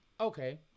okay